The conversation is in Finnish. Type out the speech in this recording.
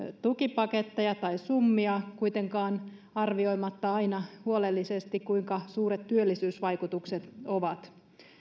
tukipaketteja tai summia kuitenkaan arvioimatta aina huolellisesti kuinka suuret työllisyysvaikutukset ovat